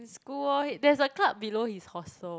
in school orh there's a club below his hostel